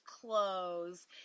clothes